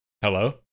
Hello